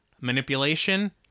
manipulation